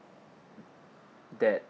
that